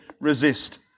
resist